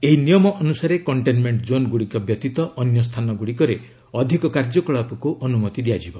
ଏହି ନିୟମ ଅନୁସାରେ କଣ୍ଟେନମେଣ୍ଟ ଜୋନ୍ଗୁଡ଼ିକ ବ୍ୟତୀତ ଅନ୍ୟ ସ୍ଥାନଗୁଡ଼ିକରେ ଅଧିକ କାର୍ଯ୍ୟକଳାପକୁ ଅନୁମତି ଦିଆଯିବ